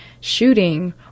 shooting